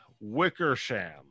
Wickersham